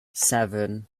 seven